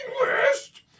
list